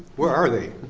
where are they?